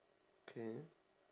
K